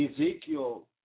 Ezekiel